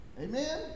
Amen